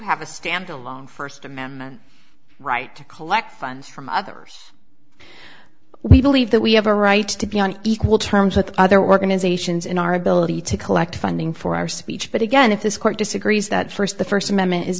have a standalone first amendment right to collect funds from others we believe that we have a right to be on equal terms with other organizations in our ability to collect funding for our speech but again if this court disagrees that first the first amendment is